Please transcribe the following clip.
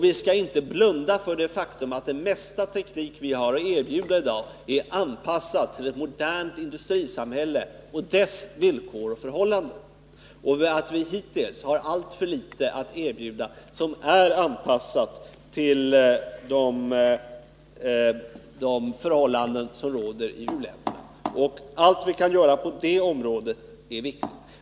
Vi skall inte blunda för det faktum att det mesta av den teknik som vi har att erbjuda i dag är anpassat till ett modernt industrisamhälle och dess villkor och förhållanden och att vi hittills har alltför litet att erbjuda som är anpassat till de förhållanden som råder i u-länderna. Allt vi kan göra på det området är viktigt.